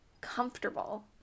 comfortable